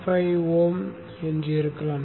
5Ω வரிசையாக இருக்கலாம்